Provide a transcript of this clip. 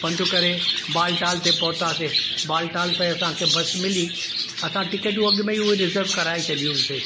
पंधि करे बालटाल ते पहुंथासे बालटाल ते असांखे बस मिली असां टिकेटूं अॻिमे ई उहे रिज़र्व कराए छॾियूं हुइयूंसीं